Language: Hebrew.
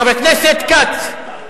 חבר הכנסת כץ,